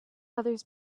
others